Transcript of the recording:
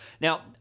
Now